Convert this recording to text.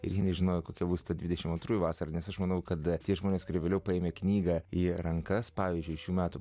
ir jinai žinojo kokia bus ta dvidešim antrųjų vasara nes aš manau kad tie žmonės kurie vėliau paėmė knygą į rankas pavyzdžiui šių metų